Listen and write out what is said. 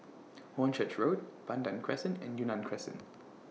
Hornchurch Road Pandan Crescent and Yunnan Crescent